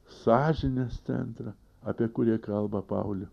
sąžinės centrą apie kurį kalba paulius